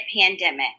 pandemic